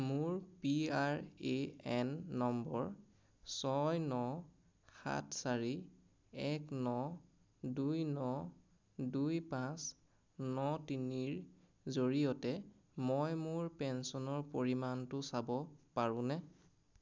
মোৰ P R A N নম্বৰ ছয় ন সাত চাৰি এক ন দুই ন দুই পাঁচ ন তিনিৰ জৰিয়তে মই মোৰ পেঞ্চনৰ পৰিমাণটো চাব পাৰোঁনে